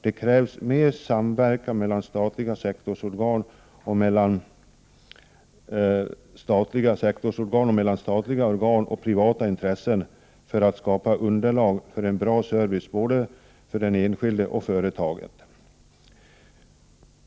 Det krävs mer samverkan mellan statliga sektorsorgan och mellan statliga organ och privata intressen för att skapa underlag för en bra service både för den enskilde och företag.